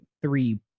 three